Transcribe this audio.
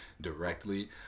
directly